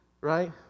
right